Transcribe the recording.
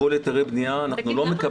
כל היתרי בנייה אנחנו לא מקבלים --- למה